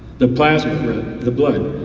the plasma, the blood.